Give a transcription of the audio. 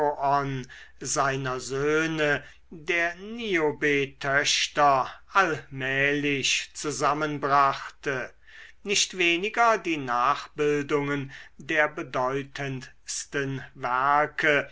laokoon seiner söhne der niobe töchter allmählich zusammenbrachte nicht weniger die nachbildungen der bedeutendsten werke